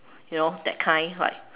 you know that kind like